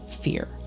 fear